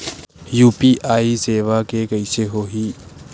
UPI सेवा के कइसे होही?